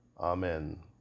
Amen